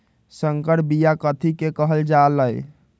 संकर बिया कथि के कहल जा लई?